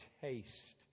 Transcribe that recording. taste